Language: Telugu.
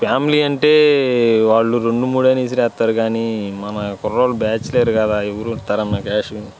ఫ్యామిలీ అంటే వాళ్ళు రెండు మూడైనా విసిరేస్తారు కానీ మన కుర్రోళ్ళు బ్యాచలర్ కదా ఎవరు ఇస్తారన్నా క్యాష్